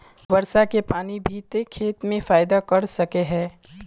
वर्षा के पानी भी ते खेत में फायदा कर सके है?